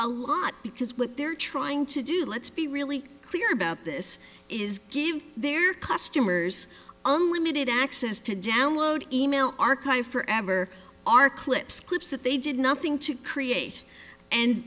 a lot because what they're trying to do let's be really clear about this is give their customers unlimited access to download e mail archived forever are clips clips that they did nothing to create and